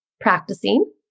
practicing